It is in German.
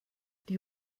die